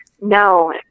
no